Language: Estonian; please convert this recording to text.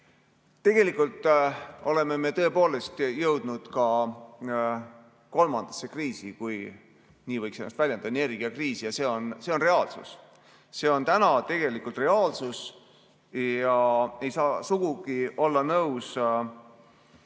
Tegelikult oleme me tõepoolest jõudnud ka kolmandasse kriisi, kui nii võiks ennast väljendada, energiakriisi, ja see on reaalsus. See on täna reaalsus. Ja ei saa sugugi olla nõus